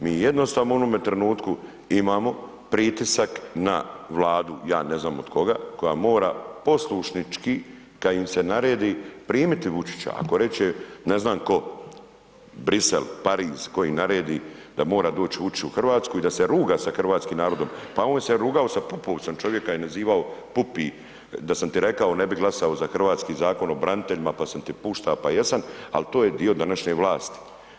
Mi jednostavno u onom trenutku imamo pritisak na Vladu, ja ne znam od koga, koja mora poslušnički kad im se naredi, primiti Vučića, ako reče ne znam tko Brisel, Paris koji naredi da mora doć Vučić u RH i da se ruga sa hrvatskim narodom, pa on se je rugao sa Pupovcem, čovjeka je nazivao Pupi, da sam ti rekao ne bi glasao za hrvatski Zakon o braniteljima, pa sam ti pušta, pa jesan, al to je dio današnje vlasti.